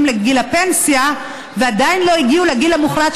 לגיל הפנסיה ועדיין לא הגיעו לגיל המוחלט,